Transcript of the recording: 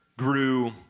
Grew